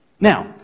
Now